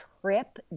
Trip